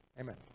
Amen